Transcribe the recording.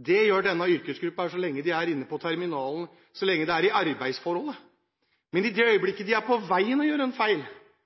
Det gjør denne yrkesgruppen så lenge de er inne på terminalen, så lenge det er i arbeidsforholdet, men i det